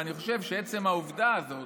ואני חושב שעצם העובדה הזאת,